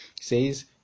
says